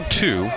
two